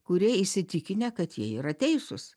kurie įsitikinę kad jie yra teisus